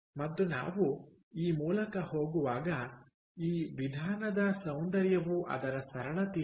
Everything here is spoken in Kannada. ಮತ್ತು ನಾವು ಈ ಮೂಲಕ ಹೋಗುವಾಗ ಈ ವಿಧಾನದ ಸೌಂದರ್ಯವು ಅದರ ಸರಳತೆಯಲ್ಲಿದೆ